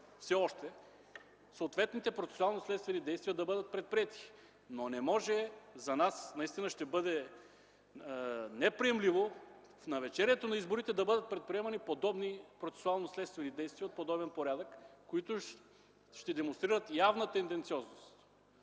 време съответните процесуално-следствени действия да бъдат предприети, но не може, за нас наистина ще бъде неприемливо в навечерието на изборите да бъдат предприемани подобни процесуално-следствени действия от такъв порядък, които ще демонстрират явна тенденциозност.